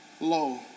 low